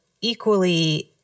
equally